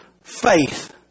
faith